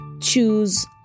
choose